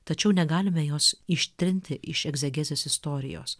tačiau negalime jos ištrinti iš egzegezės istorijos